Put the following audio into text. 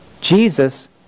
Jesus